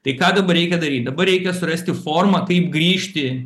tai ką dabar reikia daryt dabar reikia surasti formą kaip grįžti